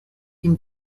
une